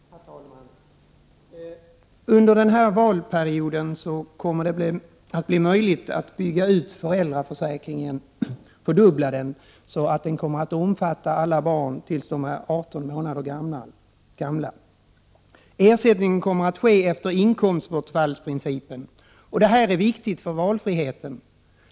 Herr talman! Under denna valperiod kommer det att bli möjligt att bygga ut föräldraförsäkringen och dubbla den så att den kommer att omfatta alla barn tills de är 18 månader gamla. Ersättningen kommer att ske efter inkomstbortfallsprincipen. Detta är viktigt för valfriheten.